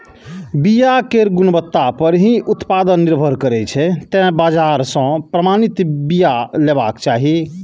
बिया केर गुणवत्ता पर ही उत्पादन निर्भर करै छै, तें बाजार सं प्रमाणित बिया लेबाक चाही